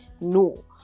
No